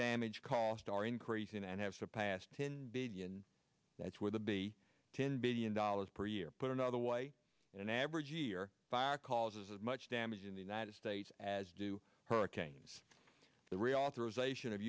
damage costs are increasing and have surpassed ten billion that's where the b ten billion dollars per year put another way an average year fire causes as much damage in the united states as do hurricanes the